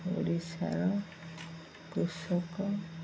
ଓଡ଼ିଶାର କୃଷକ